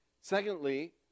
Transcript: Secondly